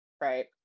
right